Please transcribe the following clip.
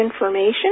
information